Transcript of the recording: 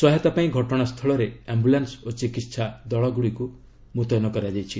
ସହାୟତା ପାଇଁ ଘଟଣାସ୍ଥଳରେ ଆମ୍ଭୁଲାନ୍ ଓ ଚିକିସା ଦଳମାନଙ୍କୁ ମୁତୟନ କରାଯାଇଛି